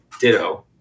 ditto